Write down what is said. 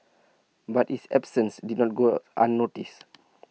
but his absences did not go unnoticed